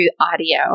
audio